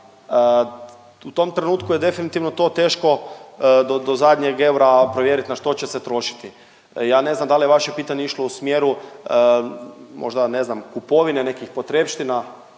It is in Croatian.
u tom trenutku je definitivno to teško do zadnjeg eura provjerit na što će se trošiti. Ja ne znam da li je vaše pitanje išlo u smjeru možda ne znam kupovine nekih potrepština,